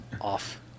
Off